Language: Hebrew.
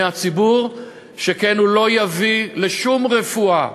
שכן הוא לא יביא שום רפואה